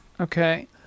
Okay